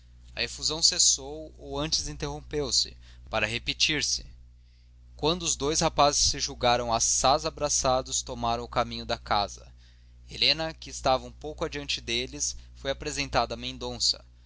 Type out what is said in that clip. efusão cessou ou antes interrompeu-se para repetir se quando os dois rapazes se julgaram assaz abraçados tomaram o caminho da casa helena que estava um pouco adiante deles foi apresentada a mendonça